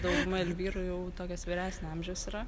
dauguma elvyrų jau tokios vyresnio amžiaus yra